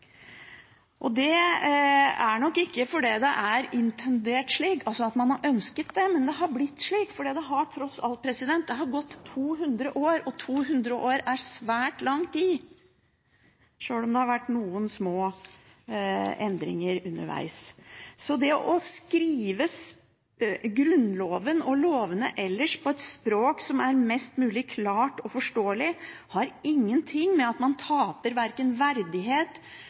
Det er nok ikke fordi det er intendert slik, altså at man har ønsket det, men det har blitt slik fordi det tross alt har gått 200 år, og 200 år er svært lang tid, sjøl om det har vært noen små endringer underveis. Så det å skrive Grunnloven – og lovene ellers – på et språk som er mest mulig klart og forståelig, har ingenting å gjøre med at en taper verken verdighet,